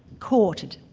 courted.